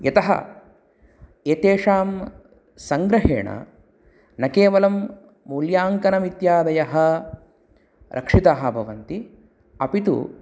यतः एतेषां सङ्ग्रहेण न केवलं मूल्याङ्कनम् इत्यादयः रक्षितः भवन्ति अपि तु